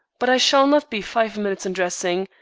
but i shall not be five minutes in dressing.